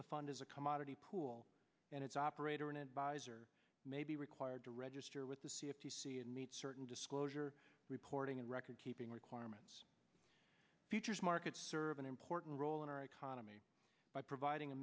the fund as a commodity pool and its operator an advisor may be required to register with the c a p c and meet certain disclosure reporting and record keeping requirements futures markets serve an important role in our economy by providing a